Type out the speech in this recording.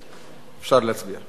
אפשר להוסיף גם אותי?